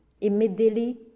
immediately